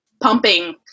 pumping